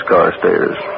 Carstairs